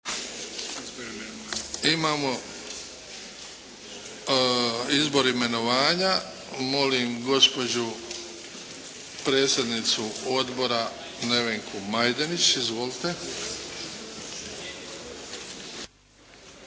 Imamo izbor i imenovanja. Molim gospođu predsjednicu odbora Nevenku Majdenić. Izvolite.